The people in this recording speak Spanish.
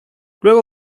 luego